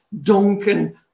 Duncan